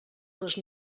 les